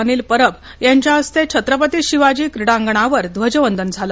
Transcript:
अनिल परब यांच्या हस्ते छत्रपती शिवाजी क्रीडांगणावर ध्वजवंदन झालं